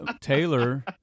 Taylor